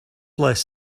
less